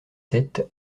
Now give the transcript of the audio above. sept